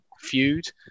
feud